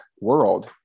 world